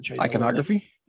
Iconography